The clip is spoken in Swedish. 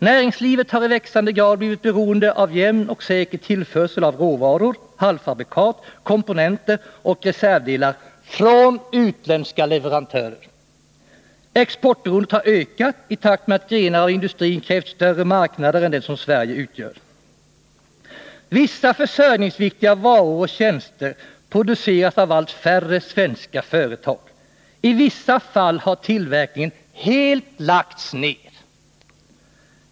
Näringslivet har i växande grad blivit beroende av jämn och säker tillförsel av råvaror, halvfabrikat, komponenter och reservdelar från utländska leverantörer. Exportberoendet har ökat i takt med att grenar av industrin krävt större marknader än den som Sverige utgör. Vissa försörjningsviktiga varor och tjänster produceras av allt färre svenska företag. I vissa fall har tillverkningen helt lagts ner.